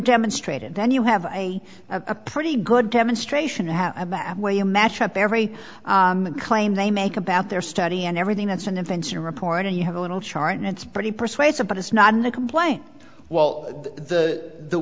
demonstrate it then you have a pretty good demonstration how about where you match up every claim they make about their study and everything that's an invention report and you have a little chart and it's pretty persuasive but it's not in the complaint well the the